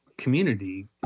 community